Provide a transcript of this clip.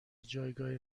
جایگاه